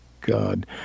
God